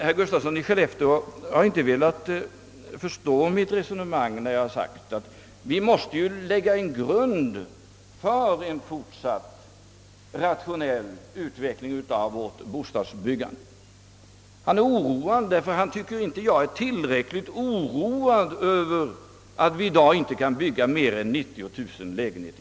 Herr Gustafsson i Skellefteå har inte velat förstå mitt resonemang när jag sagt att vi måste lägga en grund för en fortsatt rationell utveckling av bostadsbyggandet. Han finner det oroande att jag inte är tillräckligt oroad över att vi i dag inte kan bygga mer än 90 000 lägenheter.